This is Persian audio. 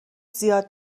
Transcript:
زیاد